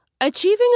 Achieving